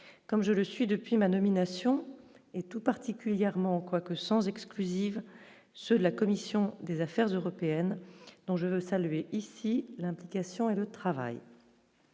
comme je le suis depuis ma nomination, et tout particulièrement, quoi que, sans exclusive, ceux la commission des affaires européennes, donc je veux saluer ici l'implication et le travail.